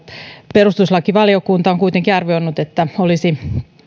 perustuslakivaliokunta on kuitenkin arvioinut että olisi